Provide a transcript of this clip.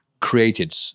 created